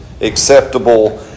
acceptable